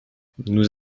nous